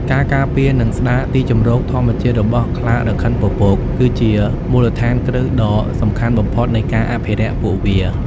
ការការពារ និងស្តារទីជម្រកធម្មជាតិរបស់ខ្លារខិនពពក គឺជា មូលដ្ឋានគ្រឹះដ៏សំខាន់បំផុត នៃការអភិរក្សពួកវា។